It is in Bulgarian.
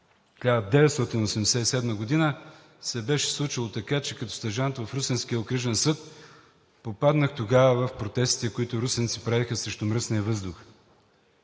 далечната 1987 г. се беше случило така, че като стажант в Русенския окръжен съд тогава попаднах в протестите, които русенци правеха срещу мръсния въздух.